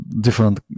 different